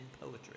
poetry